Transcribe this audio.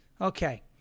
Okay